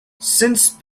since